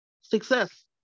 success